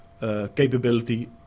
capability